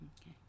Okay